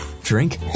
drink